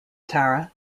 tara